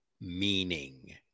meaning